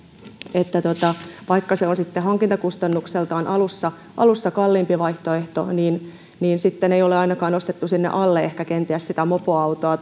että vaikka se on sitten hankintakustannukseltaan alussa alussa kalliimpi vaihtoehto niin niin sitten ei ole ainakaan ostettu sinne alle ehkä kenties sitä mopoautoa